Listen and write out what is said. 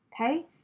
okay